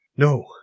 No